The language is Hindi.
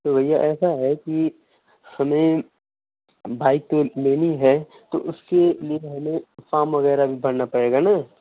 तो भैया ऐसा है कि हमें बाइक तो लेनी है तो उसकी फाम वगैरह भरना पड़ेगा न